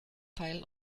teil